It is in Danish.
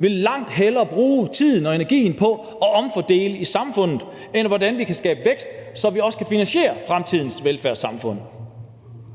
langt hellere vil bruge tiden og energien på at omfordele i samfundet end på, hvordan vi kan skabe vækst, så vi også kan finansiere fremtidens velfærdssamfund.